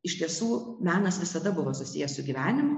iš tiesų menas visada buvo susijęs su gyvenimu